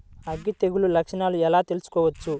అగ్గి తెగులు లక్షణాలను ఎలా తెలుసుకోవచ్చు?